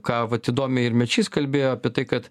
ką vat įdomiai ir mečys kalbėjo apie tai kad